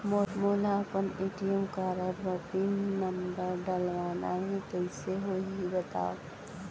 मोला अपन ATM card म पिन नंबर डलवाना हे कइसे होही बतावव?